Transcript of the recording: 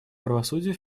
правосудию